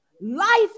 Life